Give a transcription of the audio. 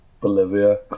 Bolivia